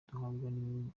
duhabwa